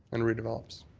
and redevelops.